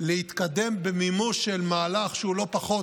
להתקדם במימוש של מהלך שהוא לא פחות